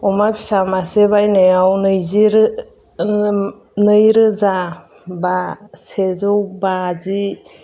अमा फिसा मासे बायनायाव नैजि नै रोजा बा सेजौ बाजि